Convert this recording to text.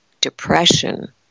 depression